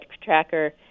tracker